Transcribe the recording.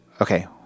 okay